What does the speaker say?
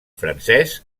francès